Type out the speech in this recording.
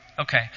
Okay